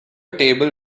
table